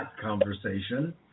conversation